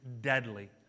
deadly